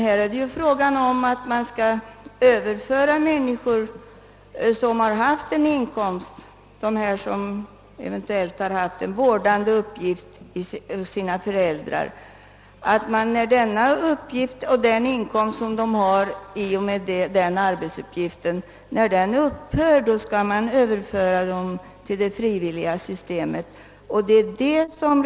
Här är det fråga om att människor, som exempelvis haft sin inkomst av att vårda sina föräldrar, skall överföras till det frivilliga systemet när denna inkomst upphör.